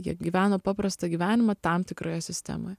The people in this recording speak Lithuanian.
jie gyveno paprastą gyvenimą tam tikroje sistemoje